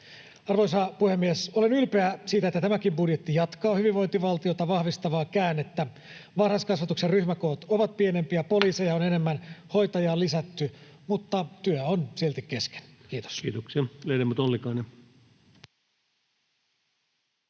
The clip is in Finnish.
Arvoisa puhemies! Olen ylpeä siitä, että tämäkin budjetti jatkaa hyvinvointivaltiota vahvistavaa käännettä, varhaiskasvatuksen ryhmäkoot ovat pienempiä, poliiseja on enemmän, hoitajia on lisätty, mutta työ on silti kesken. — Kiitos. [Speech 138] Speaker: Ensimmäinen